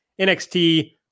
NXT